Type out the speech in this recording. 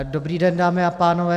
Dobrý den, dámy a pánové.